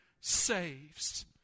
saves